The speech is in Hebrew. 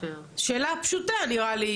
שאלה פשוטה נראה לי,